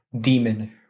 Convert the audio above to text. demon